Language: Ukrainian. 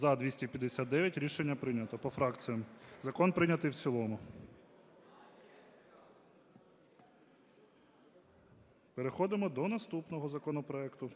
За-259 Рішення прийнято. По фракціям. Закон прийнятий в цілому. Переходимо до наступного законопроекту,